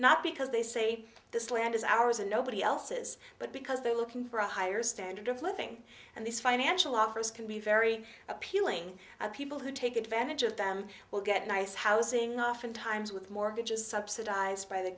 not because they say this land is ours and nobody else's but because they're looking for a higher standard of living and these financial offers can be very appealing and people who take advantage of them will get nice housing oftentimes with mortgages subsidized by the